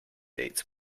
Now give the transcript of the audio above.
dates